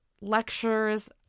lectures